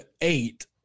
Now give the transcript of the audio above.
eight